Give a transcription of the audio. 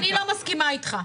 אני לא מסכימה איתך.